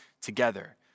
together